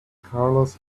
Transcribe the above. carlos